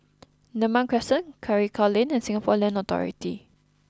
Neram Crescent Karikal Lane and Singapore Land Authority